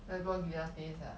then do until last days ah